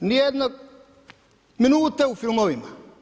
Nijedne minute u filmovima.